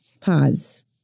pause